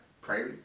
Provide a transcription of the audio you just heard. pray